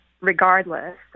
regardless